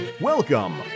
Welcome